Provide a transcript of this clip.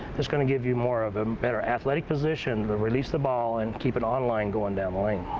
just going to give you more of a better athletic position, but release the ball and keep it on line going down the lane.